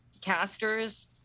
casters